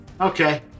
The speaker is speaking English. Okay